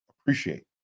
appreciate